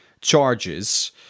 charges